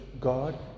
God